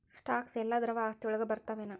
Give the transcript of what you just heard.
Stocks ಯೆಲ್ಲಾ ದ್ರವ ಆಸ್ತಿ ವಳಗ್ ಬರ್ತಾವೆನ?